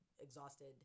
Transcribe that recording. exhausted